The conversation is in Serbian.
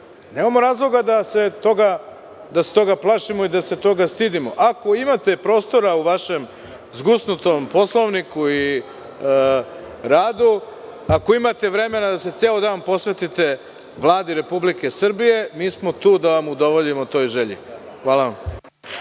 nemamo razloga da se toga plašimo i da se toga stidimo. Ako imate prostora u vašem zgusnutom Poslovniku o radu i ako imate vremena da se ceo dan posvetite Vladi Republike Srbije, mi smo tu da vam udovoljimo u toj želji. Hvala vam.